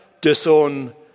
disown